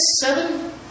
seven